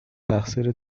تقصیر